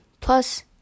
plus